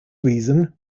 reason